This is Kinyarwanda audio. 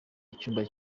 icyumba